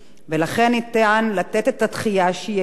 ניתן לתת את הדחייה, שהיא הגיונית